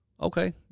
okay